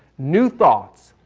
new thoughts,